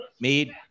Mead